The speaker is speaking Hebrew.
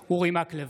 בהצבעה אורי מקלב,